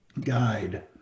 guide